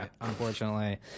unfortunately